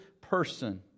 person